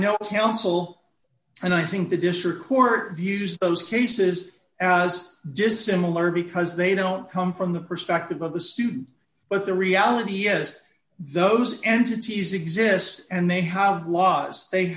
counsel and i think the district court views those cases as dissimilar because they don't come from the perspective of the student but the reality yes those entities exist and they have laws they